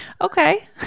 Okay